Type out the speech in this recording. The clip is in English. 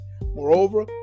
Moreover